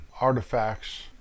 artifacts